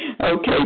Okay